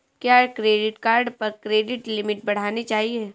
क्या credit card पर credit limit बढ़ानी चाहिए?